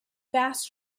fast